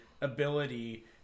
ability